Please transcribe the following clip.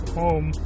home